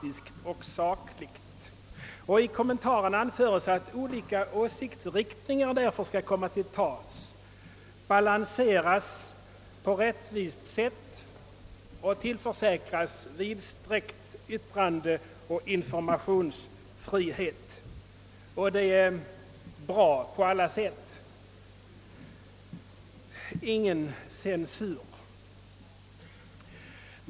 I kommentaren anförs att olika åsiktsriktningar skall få komma till tals, balanseras på ett rättvist sätt och tillförsäkras vidsträckt yttrandeoch informationsfrihet. Detta är bra på alla sätt — ingen censur.